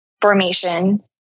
formation